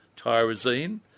tyrosine